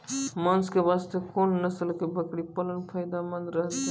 मांस के वास्ते कोंन नस्ल के बकरी पालना फायदे मंद रहतै?